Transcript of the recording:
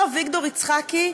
אמר אביגדור יצחקי: